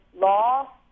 law